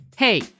Hey